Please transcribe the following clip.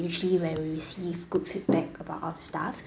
usually when we receive good feedback about our staff